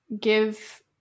give